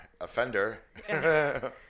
offender